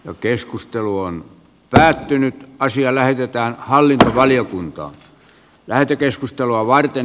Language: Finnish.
jo keskustelu on päätynyt asia lähetetään huolta kuin aikaisemmin